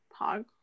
Pog